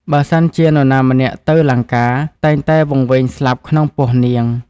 បើសិនជានរណាម្នាក់ទៅលង្កា តែងតែវង្វេងស្លាប់ក្នុងពោះនាង។